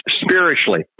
spiritually